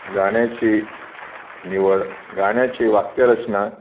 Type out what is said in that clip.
गाण्याची निवड गाण्याची वाक्यरचना